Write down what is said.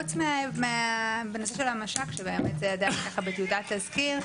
בנושא של המש"ק זה עדיין בטיוטת תזכיר.